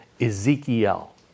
Ezekiel